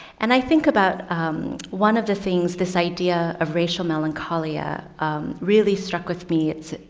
and i think about one of the things this idea of racial melancholia really struck with me.